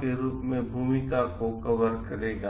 के रूप में भूमिका को कवर करेगा